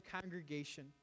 congregation